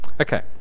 Okay